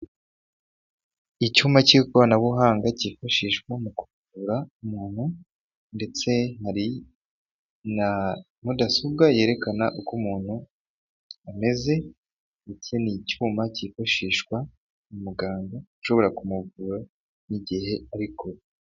Icyuma cy'ikoranabuhanga cyifashishwa mu kuvura umuntu ndetse hari na mudasobwa yerekana uko umuntu ameze, iki ni cyuma cyifashishwa na muganga ashobora kumuvura mu gihe ariko.